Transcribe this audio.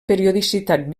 periodicitat